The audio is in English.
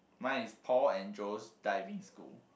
mine is Paul and Joe's Diving School